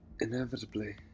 inevitably